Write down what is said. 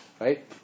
right